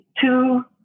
two